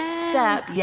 step